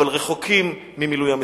אבל רחוקים ממילוי המשימה.